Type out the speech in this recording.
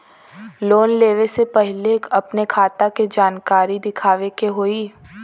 Loan लेवे से पहिले अपने खाता के जानकारी दिखावे के होई?